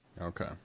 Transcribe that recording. Okay